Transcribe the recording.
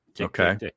okay